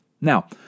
Now